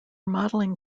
modeling